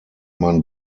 man